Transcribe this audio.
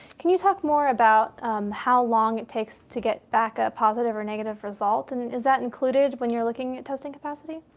can you talk more about how long it takes to get back a positive or negative result? and is that included when you're looking at testing capacity?